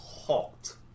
hot